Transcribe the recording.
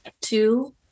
Two